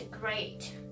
great